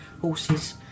horses